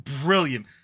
brilliant